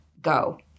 go